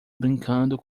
brincando